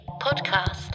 podcast